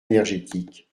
énergétique